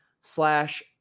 slash